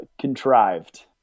contrived